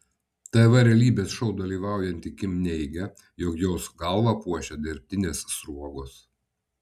tv realybės šou dalyvaujanti kim neigia jog jos galvą puošia dirbtinės sruogos